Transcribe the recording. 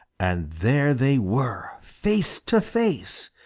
and there they were face to face!